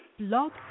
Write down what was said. Log